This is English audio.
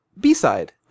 B-side